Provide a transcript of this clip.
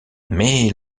mais